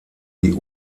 die